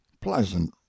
pleasant